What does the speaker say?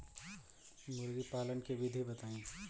मुर्गी पालन के विधि बताई?